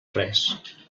res